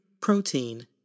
Protein